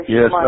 Yes